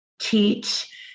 teach